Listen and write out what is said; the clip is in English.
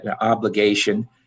obligation